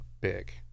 big